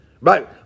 Right